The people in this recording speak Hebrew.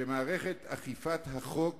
שמערכת אכיפת החוק